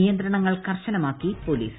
നിയന്ത്രണങ്ങൾ ക്ടർശ്യൻമാക്കി പോലീസ്